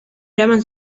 eraman